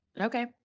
Okay